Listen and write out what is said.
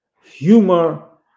humor